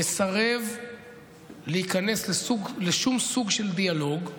מסרב להיכנס לכל סוג של דיאלוג,